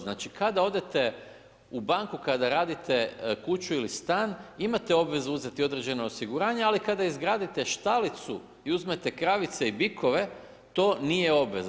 Znači, kada odete u banku, kada radite kuću ili stan, imate obvezu uzeti određeno osiguranje, ali kada izgradite štalicu i uzmete kravice i bikove, to nije obveza.